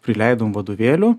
prileidom vadovėlių